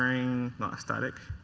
i mean not a static.